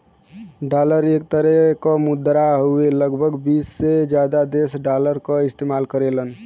dollar एक तरे क मुद्रा हउवे लगभग बीस से जादा देश डॉलर क इस्तेमाल करेलन